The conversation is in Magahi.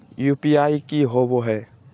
यू.पी.आई की होबो है?